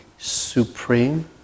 Supreme